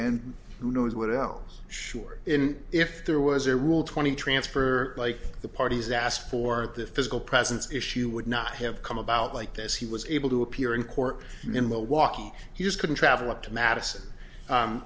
and who knows what else sure if there was a rule twenty transfer like the parties asked for the physical presence issue would not have come about like this he was able to appear in court in milwaukee he just couldn't travel up to madison